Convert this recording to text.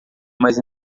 mais